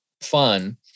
fun